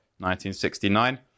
1969